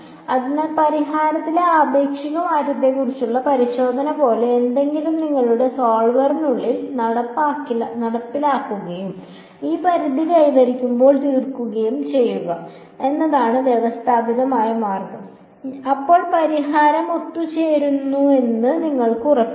അതിനാൽ പരിഹാരത്തിലെ ആപേക്ഷിക മാറ്റത്തെക്കുറിച്ചുള്ള പരിശോധന പോലെ എന്തെങ്കിലും നിങ്ങളുടെ സോൾവറിനുള്ളിൽ നടപ്പിലാക്കുകയും ഈ പരിധി കൈവരിക്കുമ്പോൾ നിർത്തുകയും ചെയ്യുക എന്നതാണ് വ്യവസ്ഥാപിതമായ മാർഗം അപ്പോൾ പരിഹാരം ഒത്തുചേർന്നുവെന്ന് നിങ്ങൾക്ക് ഉറപ്പിക്കാം